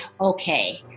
okay